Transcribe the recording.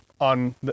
on